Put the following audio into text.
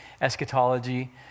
eschatology